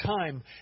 time